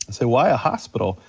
so why a hospital?